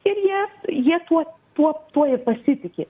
ir jie jie tuos tuo tuo ir pasitiki